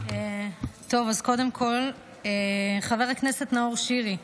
אז קודם כול, חבר כנסת נאור שירי,